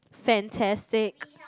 fantastic